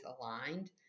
aligned